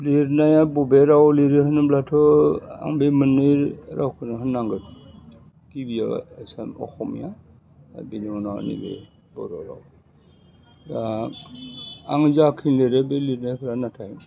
लिरनाया बबे रावआव लिरो होनोब्लाथ आं बे मोन्नै रावखौनो होननांगोन गिबियाव आसाम अखमिया बिनि उनाव नैबे बर' राव दा आङो जाखिनि लिरो बे लिरनायफोरा नाथाय